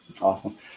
awesome